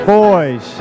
boys